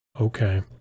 Okay